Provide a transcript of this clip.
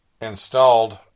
installed